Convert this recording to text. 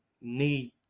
need